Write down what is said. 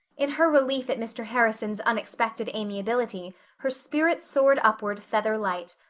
in her relief at mr. harrison's unexpected amiability her spirits soared upward feather-light.